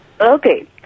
Okay